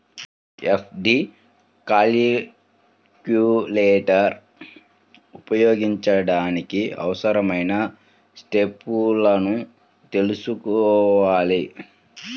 FD calculator ఉపయోగించడానికి అవసరమైన స్టెప్పులను తెల్సుకోవాలి